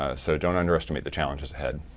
ah so don't underestimate the challenges ahead.